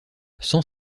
sans